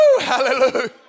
hallelujah